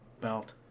belt